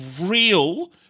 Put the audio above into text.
real